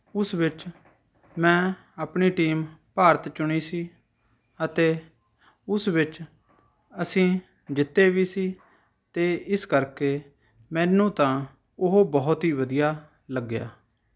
ਉਸ ਵਿੱਚ ਮੈਂ ਆਪਣੀ ਟੀਮ ਭਾਰਤ ਚੁਣੀ ਸੀ ਅਤੇ ਉਸ ਵਿੱਚ ਅਸੀਂ ਜਿੱਤੇ ਵੀ ਸੀ ਅਤੇ ਇਸ ਕਰਕੇ ਮੈਨੂੰ ਤਾਂ ਉਹ ਬਹੁਤ ਹੀ ਵਧੀਆ ਲੱਗਿਆ